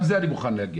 גם לזה אני מוכן להגיע.